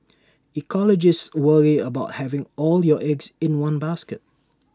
ecologists worry about having all your eggs in one basket